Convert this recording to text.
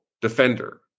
defender